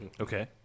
Okay